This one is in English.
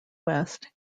west